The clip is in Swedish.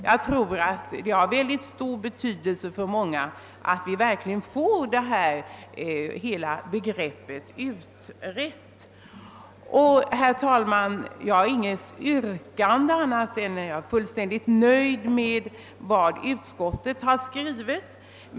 Jag tror att det har mycket stor betydelse för många människor att vi verkligen får hela detta begrepp utrett. Herr talman! Jag har inget yrkande, eftersom jag är fullständigt nöjd med vad utskottet har skrivit.